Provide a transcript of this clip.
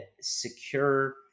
secure